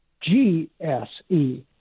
G-S-E